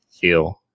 feel